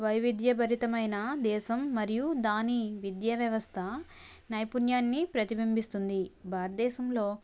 వైవిధ్యభరితమైన దేశం మరియు దాని విద్యా వ్యవస్థ నైపుణ్యాన్ని ప్రతిబింబిస్తుంది భారతదేశంలో